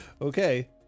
Okay